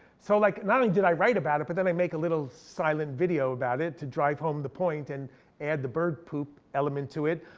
so like not only did i write about it, but then i make a little silent video about it to drive home the point and add the bird poop element to it.